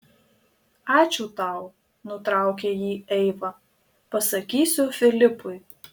ačiū tau nutraukė jį eiva pasakysiu filipui